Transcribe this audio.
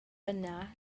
yna